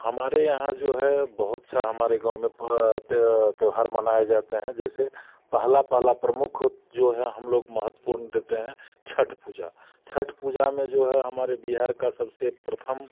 हमारे यहाँ जो है बहुत सा हमारे गांव में त्यौहार मनाया जाते हैं जैसे पहला पहला प्रमुख जो है हम लोग महत्वपूर्ण देते हैं छठ पूजा छठ पूजा में जो है हमारे बिहार का सबसे प्रथम